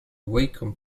wacom